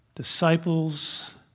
Disciples